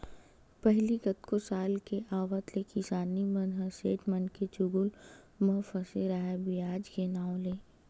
पहिली कतको साल के आवत ले किसान मन ह सेठ मनके चुगुल म फसे राहय बियाज के नांव ले